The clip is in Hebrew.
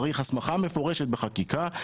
צריך הסמכה מפורשת בחקיקה,